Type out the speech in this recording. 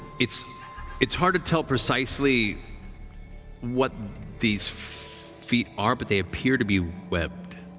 it's it's hard to tell precisely what these feet are, but they appear to be webbed.